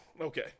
okay